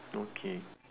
okay